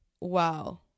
wow